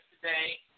today